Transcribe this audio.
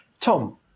Tom